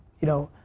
you know,